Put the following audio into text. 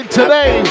today